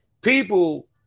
people